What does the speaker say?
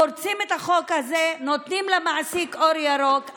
פורצים את החוק הזה, נותנים למעסיק אור ירוק.